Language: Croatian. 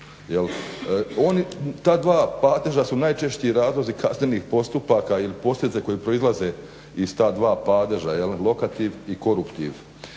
Ta dva padeža su najčešći razlozi kaznenih postupaka ili posljedica koje proizlaze iz ta dva padeža, lokativ i koruptiv.